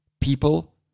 People